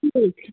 ठीक है